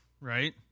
right